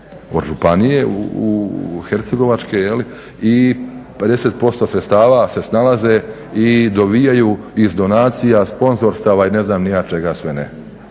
od županije hercegovačke i 50% sredstava se snalaze i dobivaju iz donacija, sponzorstava i ne znam ni ja čega sve ne.